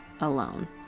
alone